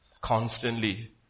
Constantly